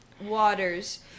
waters